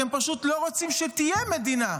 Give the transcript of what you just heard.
אתם פשוט לא רוצים שתהיה מדינה,